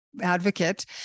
advocate